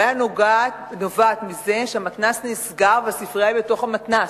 הבעיה נובעת מזה שהמתנ"ס נסגר והספרייה היא בתוך המתנ"ס.